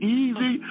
easy